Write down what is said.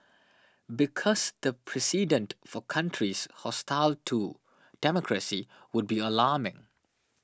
because the precedent for countries hostile to democracy would be alarming